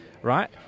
Right